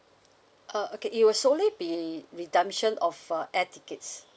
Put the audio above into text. uh okay it will solely be redemption of uh air tickets